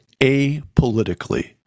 apolitically